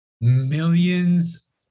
millions